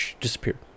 disappeared